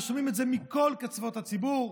ושומעים את זה מכל קצוות הציבור,